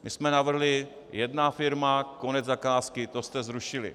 My jsme navrhli jedna firma, konec zakázky to jste zrušili.